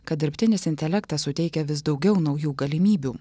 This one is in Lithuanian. kad dirbtinis intelektas suteikia vis daugiau naujų galimybių